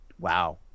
Wow